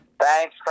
Thanks